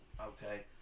okay